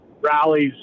rallies